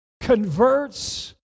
converts